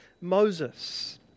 Moses